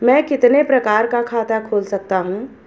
मैं कितने प्रकार का खाता खोल सकता हूँ?